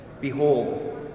Behold